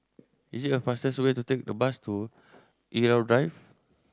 is it a faster way to take the bus to Irau Drive